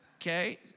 okay